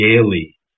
daily